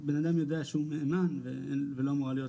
בנאדם יודע שהוא מהימן ולא אמורה להיות